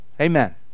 Amen